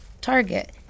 target